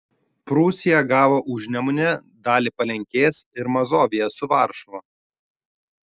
prūsija gavo užnemunę dalį palenkės ir mazoviją su varšuva